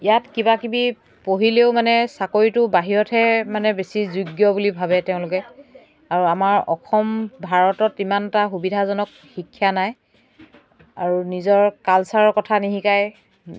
ইয়াত কিবাকিবি পঢ়িলেও মানে চাকৰিটো বাহিৰতহে মানে বেছি যোগ্য বুলি ভাবে তেওঁলোকে আৰু আমাৰ অসম ভাৰতত ইমানটা সুবিধাজনক শিক্ষা নাই আৰু নিজৰ কালচাৰৰ কথা নিশিকায়